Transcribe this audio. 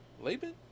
Laban